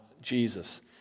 Jesus